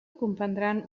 comprendran